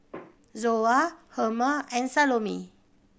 Zoa Herma and Salome